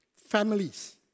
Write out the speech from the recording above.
Families